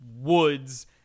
woods